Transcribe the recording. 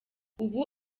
ubu